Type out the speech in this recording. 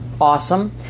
awesome